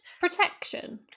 protection